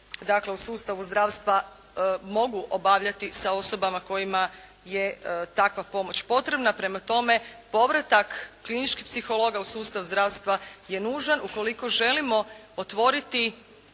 dakle u sustavu zdravstva mogu obavljati sa osobama kojima je takva pomoć potrebna. Prema tome, povratak kliničkih psihologa u sustav zdravstva je nužan, ukoliko želimo otvoriti